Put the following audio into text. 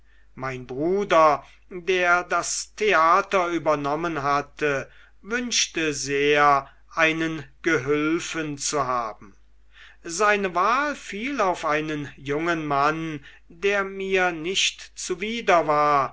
mein bruder der das theater übernommen hatte wünschte sehr einen gehülfen zu haben seine wahl fiel auf einen jungen mann der mir nicht zuwider war